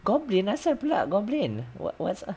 goblin apa pula goblin wha~ what's